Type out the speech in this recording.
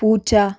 പൂച്ച